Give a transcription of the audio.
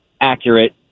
accurate